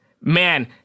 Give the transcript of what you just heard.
man